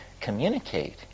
communicate